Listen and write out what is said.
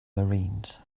marines